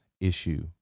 issue